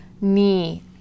knee